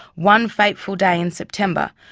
one fateful day in september,